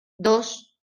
dos